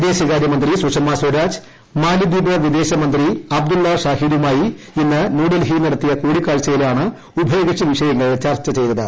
വിദേശകാര്യ മന്ത്രി സുഷമ സ്യർാജ് മാലിദ്വീപ് വിദേശ മന്ത്രി അബ്ദുള്ള ഷാഹീദുമായി ഇ്ന് ന്യൂഡൽഹിയിൽ നടത്തിയ കൂടിക്കാഴ്ചയിലാണ് ഉഭ്യിക്ക്ഷി വിഷയങ്ങൾ ചർച്ച ചെയ്തത്